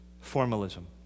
formalism